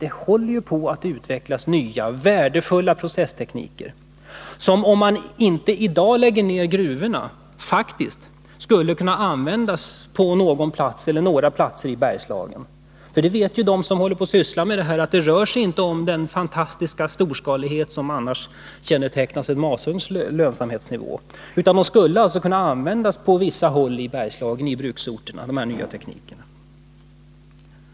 Det håller på att utvecklas nya, värdefulla processtekniker som — om man inte i dag lägger ner gruvorna — faktiskt skulle kunna användas på några platser i Bergslagen. De som sysslar med detta vet att det inte rör sig om den fantastiska storskalighet som annars kännetecknar en masugns iönsamhetsnivå, utan de nya teknikerna skulle kunna användas på vissa av bruksorterna.